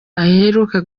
aheruka